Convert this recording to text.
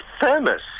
thermos